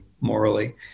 morally